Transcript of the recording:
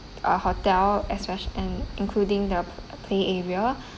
uh hotel especially and including the play area